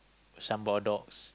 sambal hotdogs